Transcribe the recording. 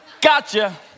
Gotcha